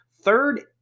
third